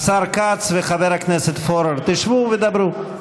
השר כץ וחבר הכנסת פורר, שבו ותדברו.